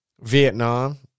Vietnam